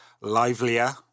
livelier